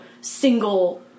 single